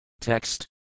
Text